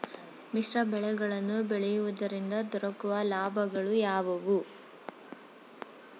ಮಿಶ್ರ ಬೆಳೆಗಳನ್ನು ಬೆಳೆಯುವುದರಿಂದ ದೊರಕುವ ಲಾಭಗಳು ಯಾವುವು?